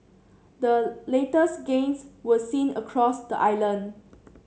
the latest gains were seen across the island